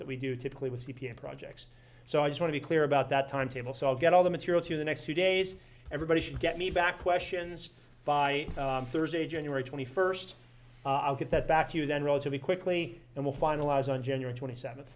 that we do typically with c p m projects so i want to be clear about that timetable so i'll get all the material to the next few days everybody should get me back questions by thursday january twenty first i'll get that back to you then relatively quickly and will finalize on january twenty seven